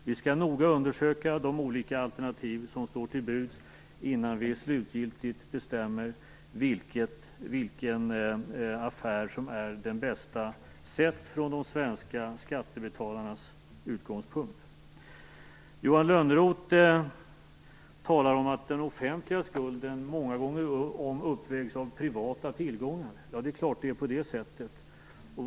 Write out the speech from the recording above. Vi skall noga undersöka de olika alternativ som står till buds innan vi slutgiltigt bestämmer vilken affär som är den bästa sett från de svenska skattebetalarnas utgångspunkt. Johan Lönnroth talar om att den offentliga skulden många gånger om uppvägs av privata tillgångar. Självfallet är det på det sättet.